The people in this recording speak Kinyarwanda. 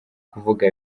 kuvuga